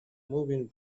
moving